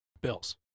bills